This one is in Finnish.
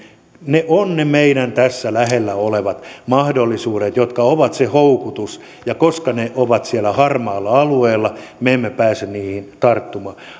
ne ovat ne meidän tässä lähellä olevat mahdollisuudet jotka ovat se houkutus ja koska ne ovat siellä harmaalla alueella me emme pääse niihin tarttumaan